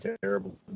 terrible